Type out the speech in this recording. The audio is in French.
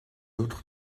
autre